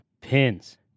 pins